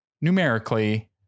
numerically